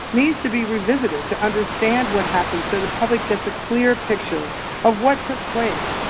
needs to be revisited to understand what happens so the public gets a clear picture of what took place.